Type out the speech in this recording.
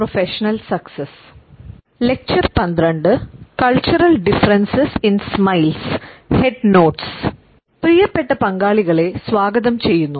പ്രിയപ്പെട്ട പങ്കാളികളെ സ്വാഗതം ചെയ്യുന്നു